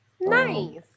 Nice